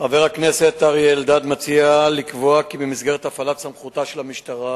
חבר הכנסת אריה אלדד מציע לקבוע כי במסגרת הפעלת סמכותה של המשטרה